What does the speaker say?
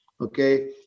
Okay